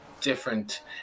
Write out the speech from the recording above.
different